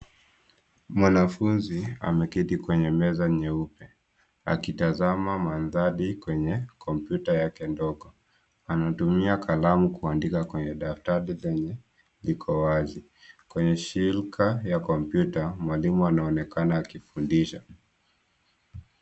Mwanafunzi ameketi kwenye meza nyeupe akitazama mandhari kwenye kompyuta yake ndogo. Anatumia kalamu kuandika kwenye daftari lenye liko wazi. Kwenye shilka ya kompyuta, mwalimu anaonekana akifundisha.